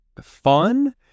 fun